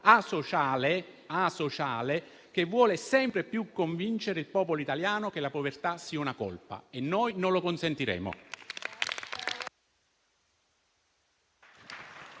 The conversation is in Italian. a-sociale - che vuole sempre più convincere il popolo italiano che la povertà sia una colpa. Ma noi non lo consentiremo.